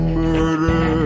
murder